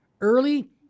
early